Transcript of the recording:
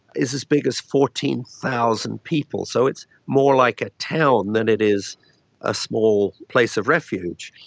is as big as fourteen thousand people. so it's more like a town than it is a small place of refuge.